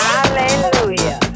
Hallelujah